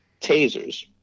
tasers